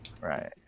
right